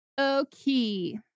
okay